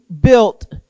built